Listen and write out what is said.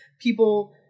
People